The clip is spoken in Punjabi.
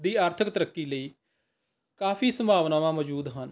ਦੀ ਆਰਥਿਕ ਤਰੱਕੀ ਲਈ ਕਾਫੀ ਸੰਭਾਵਨਾਵਾਂ ਮੌਜੂਦ ਹਨ